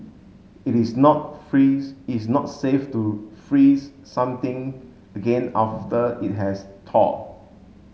it is not freeze it is not safe to freeze something again after it has thawed